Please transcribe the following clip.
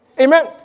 Amen